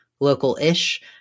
local-ish